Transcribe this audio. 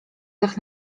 dach